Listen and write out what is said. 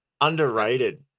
underrated